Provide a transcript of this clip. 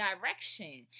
direction